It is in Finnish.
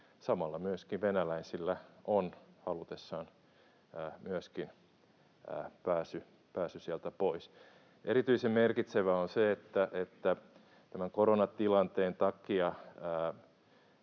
Samalla myöskin venäläisillä on halutessaan myöskin pääsy sieltä pois. Erityisen merkitsevää on se, että tämän koronatilanteen takia